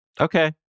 Okay